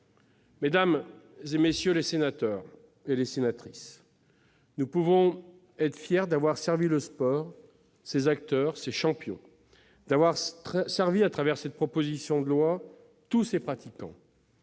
Mesdames, messieurs les sénateurs, nous pouvons être fiers d'avoir servi le sport, ses acteurs, ses champions et, à travers cette proposition de loi, tous ses pratiquants.